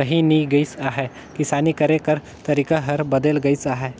रहि नी गइस अहे, किसानी करे कर तरीके हर बदेल गइस अहे